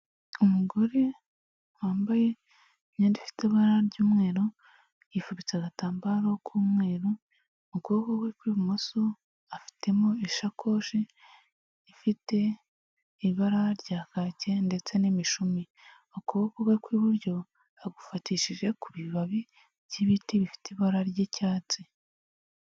Umugore wambaye imyenda ifite ibara ry'umweru, yifubitse agatambaro k'umweru, mu kuboko kwe kw'ibumoso afitemo ishakoshi ifite ibara rya kaki ndetse n'imishumi, ukuboko kwe kw'iburyo agufatishije ku bibabi by'ibiti bifite ibara ry'icyatsi.